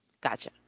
Gotcha